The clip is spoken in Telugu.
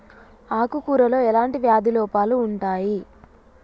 ఆకు కూరలో ఎలాంటి వ్యాధి లోపాలు ఉంటాయి?